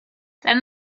then